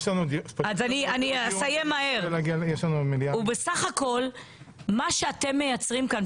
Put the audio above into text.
הוא בסך הכול מה שאתם מייצרים פה,